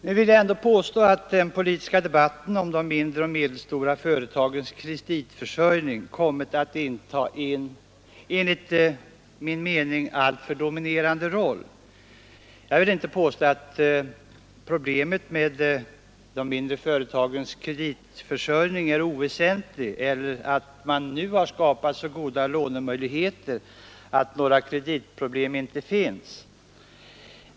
Nu vill jag ändå påstå att den politiska debatten om de mindre och medelstora företagens kreditförsörjning kommit att inta en enligt min mening alltför dominerande roll. Jag vill inte påstå att problemet med de mindre företagens kreditförsörjning är oväsentligt eller att man nu skapat så goda lånemöjligheter att några kreditproblem inte finns.